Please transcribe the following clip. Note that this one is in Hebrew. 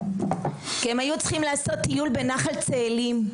כי הם היו צריכים לעשות טיול בנחל צאלים.